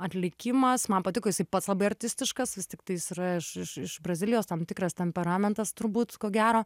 atlikimas man patiko jisai pats labai artistiškas vis tiktai jis yra iš iš iš brazilijos tam tikras temperamentas turbūt ko gero